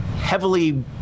heavily